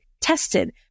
tested